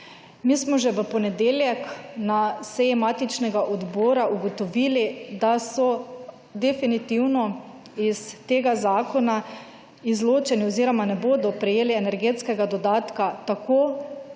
Mi smo že v ponedeljek na seji matičnega odbora ugotovili, da so definitivno iz tega zakona izločeni oziroma ne bodo prejeli energetskega dodatka tako